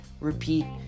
repeat